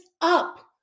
up